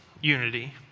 unity